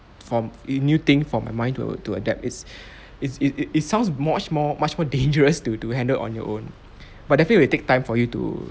form new thing for my mind to to adapt it's it it it sounds much more much more dangerous to to handled on your own but definitely will take time for you to